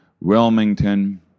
Wilmington